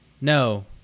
no